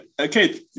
okay